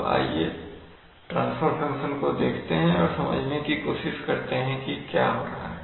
तो आइए transfer function को देखते हैं और समझने की कोशिश करते हैं कि क्या हो रहा है